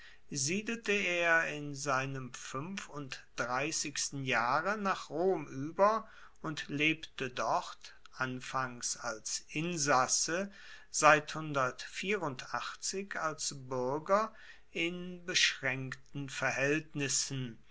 siedelte er in seinem fuenfunddreissigsten jahre nach rom ueber und lebte dort anfangs als insasse seit als buerger in beschraenkten verhaeltnissen